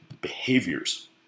behaviors